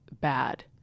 bad